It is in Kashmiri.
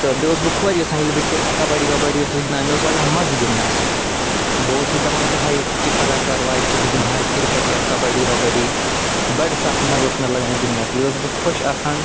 تہٕ بیٚیہِ اوسُس بہٕ خۄش گژھان ییٚلہِ بہٕ کِر کَبَڈی وَبَڈی اوسُس گِنٛدان مےٚ اوس لَگان مَزٕ گِنٛدنَس بہٕ اوسُس دَپان دۄہَے کہِ پگاہ کَر واتہِ کہِ بہٕ گِنٛدہاہ کرکٹ یا کبڈی وَبَڈی بَڑٕ سَخ مَزٕ اوس مےٚ لَگان گِنٛدنَس بیٚیہِ اوسُس بہٕ خۄش آسان